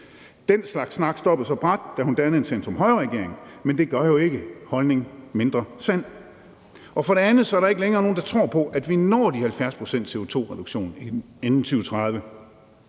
Den slags snak stoppede så brat, da hun dannede en centrum-højre-regering, men det gør jo ikke holdningen mindre rigtig. Og for det andet er der ikke længere nogen, der tror på, at vi når de 70 pct. CO2-reduktion inden 2030.